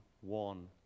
one